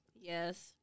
Yes